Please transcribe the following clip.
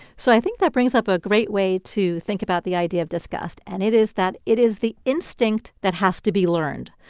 so i think that brings up a great way to think about the idea of disgust, and it is that it is the instinct that has to be learned.